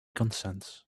consents